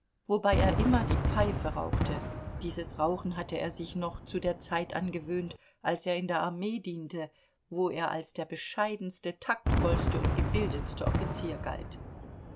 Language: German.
wobei er immer die pfeife rauchte dieses rauchen hatte er sich noch zu der zeit angewöhnt als er in der armee diente wo er als der bescheidenste taktvollste und gebildetste offizier galt